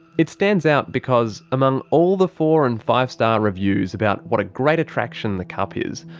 it stands out because among all the four and five star reviews about what a great attraction the cup is,